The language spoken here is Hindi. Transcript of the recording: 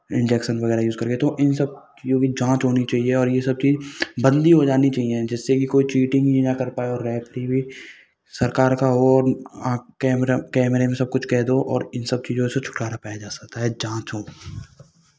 इंजेक्शन वगैरह यूज़ करके तो इन सब चीज़ों की जाँच होनी चाहिए और ये सब चीज़ बंदी हो जानी चाहिए जिससे कि कोई चीटिंग ही ना कर पाए और रेफ़री भी सरकार का हो और कैमरा में कैमरे में सब कुछ कैद हो और इन सब चीज़ों से छुटकारा पाया जा सकता है जाँच हो